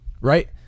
right